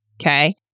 Okay